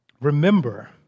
remember